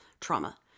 trauma